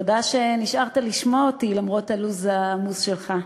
תודה שנשארת לשמוע אותי למרות הלו"ז העמוס שלך,